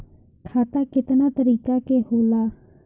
खाता केतना तरीका के होला?